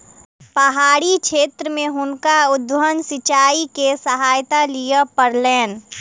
पहाड़ी क्षेत्र में हुनका उद्वहन सिचाई के सहायता लिअ पड़लैन